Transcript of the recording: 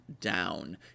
down